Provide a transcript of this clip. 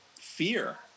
fear